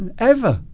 and ever